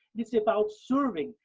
it's about serving,